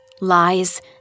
lies